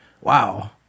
Wow